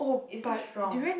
it's so strong